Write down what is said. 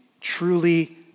truly